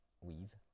Weave